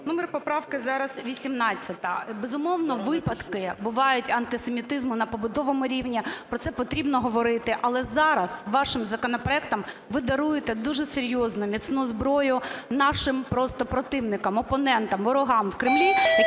Номер поправки – зараз 18-а. Безумовно, випадки бувають антисемітизму на побутовому рівні, про це потрібно говорити. Але зараз вашим законопроектом ви даруєте дуже серйозну міцну зброю нашим просто противникам, опонентам, ворогам у Кремлі, які